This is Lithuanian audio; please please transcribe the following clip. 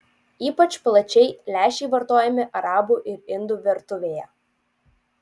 ypač plačiai lęšiai vartojami arabų ir indų virtuvėje